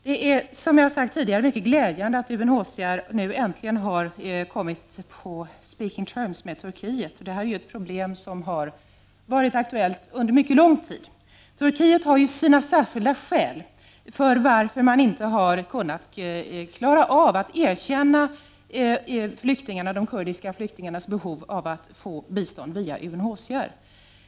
Herr talman! Som jag har sagt tidigare, är det mycket glädjande att UNHCR äntligen har kommit ”on speaking terms” med Turkiet. Det här är ju ett problem som har varit aktuellt under mycket lång tid. Turkiet har sina särskilda skäl för att man inte klarat av att erkänna de kurdiska flyktingarnas behov av att få bistånd via UNHCR.